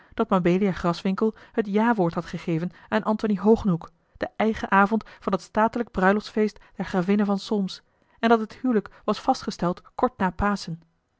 dat mabelia graswinckel het jawoord had gegeven aan antony hogenhoeck den eigen avond van het statelijk bruiloftsfeest der gravinnen van solms en dat het hylik was vastgesteld kort na paschen